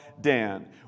Dan